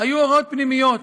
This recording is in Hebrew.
היו הוראות פנימיות,